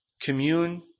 Commune